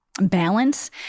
balance